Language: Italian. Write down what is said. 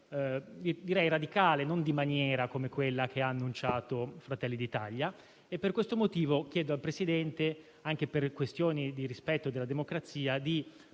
radicale e non di maniera, come quella che ha annunciato Fratelli d'Italia; per questo chiedo al Presidente, anche per questioni di rispetto della democrazia, di